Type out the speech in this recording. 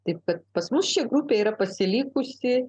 taip kad pas mus čia grupė yra pasilikusi